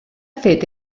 fet